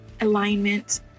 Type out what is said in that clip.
alignment